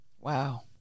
Wow